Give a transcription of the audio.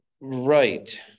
Right